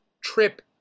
Trip